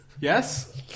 Yes